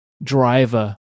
Driver